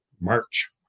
March